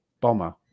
bomber